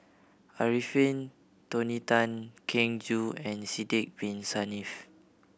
Arifin Tony Tan Keng Joo and Sidek Bin Saniff